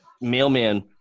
mailman